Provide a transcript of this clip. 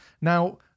Now